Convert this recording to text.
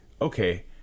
okay